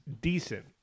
decent